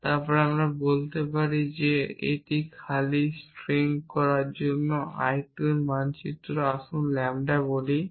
এবং তারপর আমি বলতে পারি যে এটি এখন খালি স্ট্রিং করার জন্য i 2 মানচিত্র আসুন ল্যাম্বডা বলি